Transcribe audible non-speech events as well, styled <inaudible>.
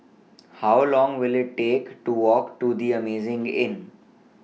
<noise> How Long Will IT Take to Walk to The Amazing Inn